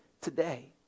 today